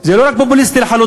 זה לא רק פופוליסטי לחלוטין.